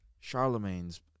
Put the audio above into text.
Charlemagne's